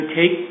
take